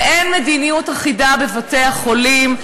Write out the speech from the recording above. ואין מדיניות אחידה בבתי-החולים,